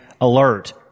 alert